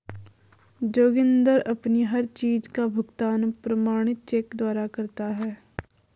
जोगिंदर अपनी हर चीज का भुगतान प्रमाणित चेक द्वारा करता है